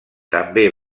també